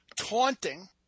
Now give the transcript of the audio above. taunting